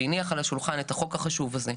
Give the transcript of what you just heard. שהניח על השולחן את החוק החשוב הזה,